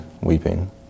weeping